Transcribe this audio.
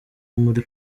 muri